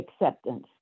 acceptance